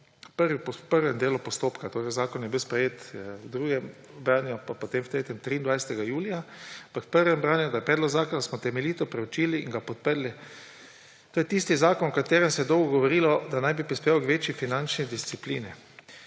v prvem delu postopka, zakon je bil sprejet v drugem branju in potem v tretjem 23. julija, torej v prvem branju je povedal, da predlog zakona smo temeljito preučili in ga podprli. To je tisti zakon, o katerem se je dolgo govorilo, da naj bi prispeval k večji finančni disciplini.